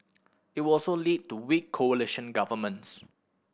it would also lead to weak coalition governments